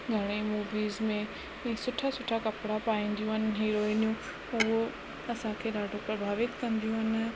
घणेई मूविज़ में बि सुठा सुठा कपिड़ा पाईंदियूं आहिनि हिरोइनियूं उहो असांखे ॾाढो प्रभावित कंदियूं आहिनि